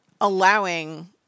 allowing